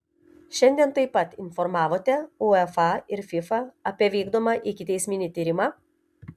šiandien taip pat informavote uefa ir fifa apie vykdomą ikiteisminį tyrimą